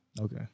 Okay